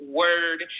word